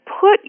put